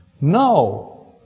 No